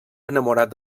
enamorat